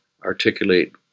articulate